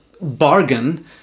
bargain